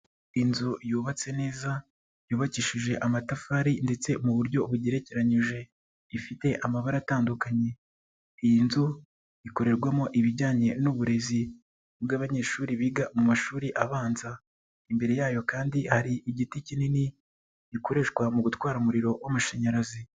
lnzu yubatse neza yubakishije amatafari ndetse mu buryo bugerekeranyije, ifite amabara atandukanye. Iyi nzu ikorerwamo ibijyanye n'uburezi bw'abanyeshuri biga mu mashuri abanza, imbere yayo kandi hari igiti kinini ,gikoreshwa mu gutwara umuriro w'amashanyarazi.